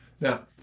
Now